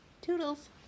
Toodles